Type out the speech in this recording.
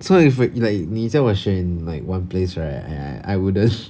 so if w~ like 你叫我选 like one place right I wouldn't